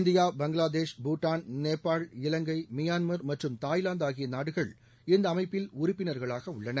India Bangladesh Bhutan Nepal Ilangai Myanmar மற்றும் Thailand ஆகிய நாடுகள் இந்த அமைப்பில் உறுப்பினர்களாக உள்ளன